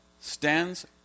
stands